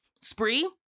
Spree